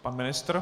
Pan ministr?